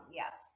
yes